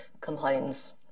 complains